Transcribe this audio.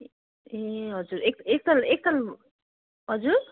ए हजुर एक एकताल एकताल हजुर